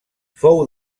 fou